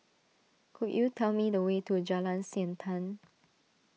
could you tell me the way to Jalan Siantan